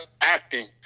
acting